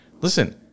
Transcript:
Listen